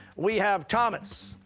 we have thomas,